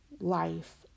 life